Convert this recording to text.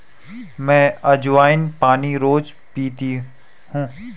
मैं अज्वाइन पानी रोज़ पीती हूँ